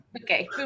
Okay